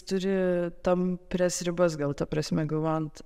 turi tamprias ribas gal ta prasme galvojant